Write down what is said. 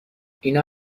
اینا